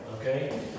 Okay